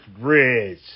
Bridge